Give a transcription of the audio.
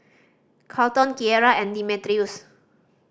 Carlton Kierra and Demetrius